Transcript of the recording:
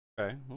Okay